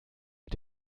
mit